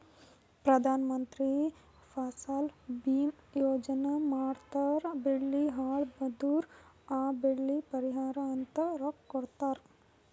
ಪ್ರಧಾನ ಮಂತ್ರಿ ಫಸಲ ಭೀಮಾ ಯೋಜನಾ ಮಾಡುರ್ ಬೆಳಿ ಹಾಳ್ ಅದುರ್ ಆ ಬೆಳಿಗ್ ಪರಿಹಾರ ಅಂತ ರೊಕ್ಕಾ ಕೊಡ್ತುದ್